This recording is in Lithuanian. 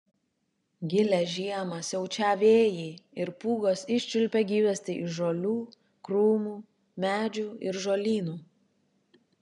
gilią žiemą siaučią vėjai ir pūgos iščiulpia gyvastį iš žolių krūmų medžių ir žolynų